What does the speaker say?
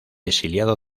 exiliado